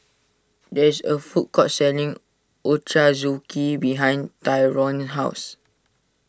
there is a food court selling Ochazuke behind Tyrone's house